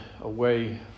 away